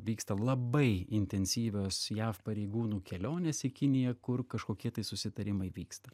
vyksta labai intensyvios jav pareigūnų kelionės į kiniją kur kažkokie tai susitarimai vyksta